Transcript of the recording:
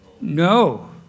No